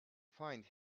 find